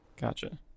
Gotcha